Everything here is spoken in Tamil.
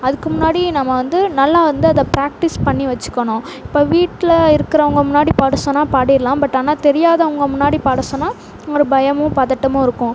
அதுக்கு முன்னாடி நம்ம வந்து நல்லா வந்து அதை ப்ராக்டிஸ் பண்ணி வச்சுக்கணும் இப்போ வீட்டில் இருக்கிறவங்க முன்னாடி பாட சொன்னால் பாடிடலாம் பட் ஆனால் தெரியாதவங்க முன்னாடி பாட சொன்னால் ஒரு பயமும் பதட்டமும் இருக்கும்